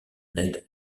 ned